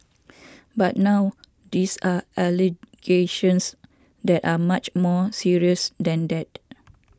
but now these are allegations that are much more serious than that